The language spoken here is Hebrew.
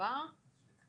אנחנו